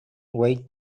way